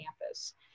campus